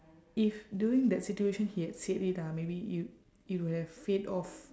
if during that situation he had said it ah maybe it'd it would have fade off